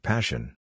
Passion